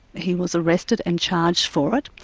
he was arrested and charged for it.